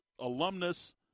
alumnus